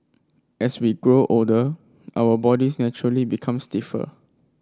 as we grow older our bodies naturally become stiffer